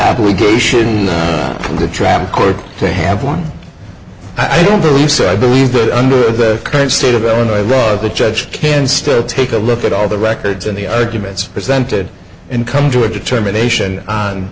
obligation in the traffic court to have one i don't believe so i believe that under the current state of illinois law the judge can still take a look at all the records in the arguments presented and come to a determination on